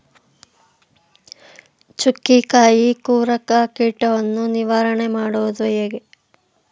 ಚುಕ್ಕಿಕಾಯಿ ಕೊರಕ ಕೀಟವನ್ನು ನಿವಾರಣೆ ಮಾಡುವುದು ಹೇಗೆ?